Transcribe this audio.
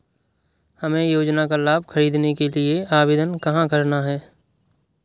हमें योजना का लाभ ख़रीदने के लिए आवेदन कहाँ करना है?